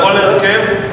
בכל הרכב?